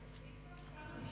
אני סתם שואלת.